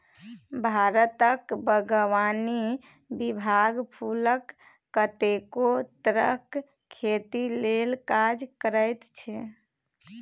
भारतक बागवानी विभाग फुलक कतेको तरहक खेती लेल काज करैत छै